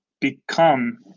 become